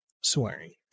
swearing